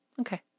Okay